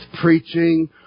preaching